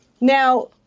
Now